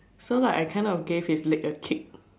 so like I kind of gave his legs a kick